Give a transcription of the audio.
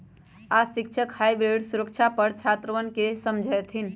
आज शिक्षक हाइब्रिड सुरक्षा पर छात्रवन के समझय थिन